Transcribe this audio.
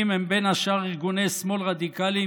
הם בין השאר ארגוני שמאל רדיקליים,